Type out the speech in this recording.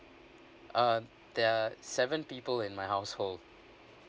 um there're seven people in my household